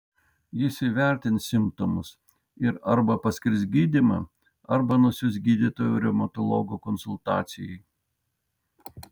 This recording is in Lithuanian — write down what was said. jis įvertins simptomus ir arba paskirs gydymą arba nusiųs gydytojo reumatologo konsultacijai